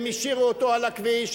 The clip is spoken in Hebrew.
הם השאירו אותו על הכביש,